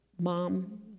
mom